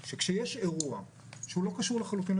הרבה פעמים גם מבקשים שלא נגיש את